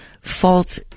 fault